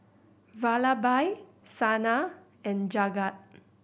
Vallabhbhai Saina and Jagat